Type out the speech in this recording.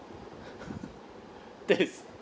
that's